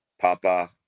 Papa